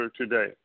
today